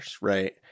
right